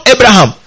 Abraham